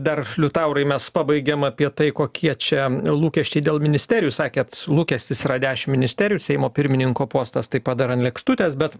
dar liutaurai mes pabaigiam apie tai kokie čia lūkesčiai dėl ministerijų sakėte lūkestis yra dešim ministerijų seimo pirmininko postas taip pat dar an lėkštutės bet